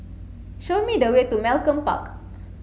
show me the way to Malcolm Park